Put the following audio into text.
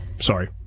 Sorry